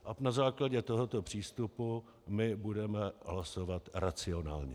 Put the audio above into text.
A na základě tohoto přístupu my budeme hlasovat racionálně.